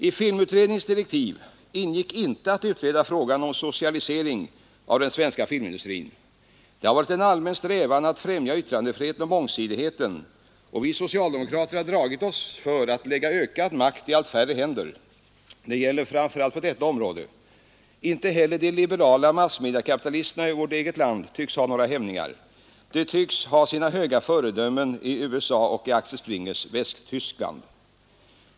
I filmutredningens direktiv ingick inte att utreda frågan om socialisering av den svenska filmindustrin. Det har varit en allmän strävan att främja yttrandefriheten och mångsidigheten, och vi socialdemokrater har dragit oss för att lägga ökad makt i allt färre händer. Det gäller framför allt på detta område. Inte heller de liberala massmediakapitalisterna i vårt eget land tycks ha några hämningar. De tycks ha sina höga föredömen i USA och i Axel Springers Västtyskland.